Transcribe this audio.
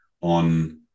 on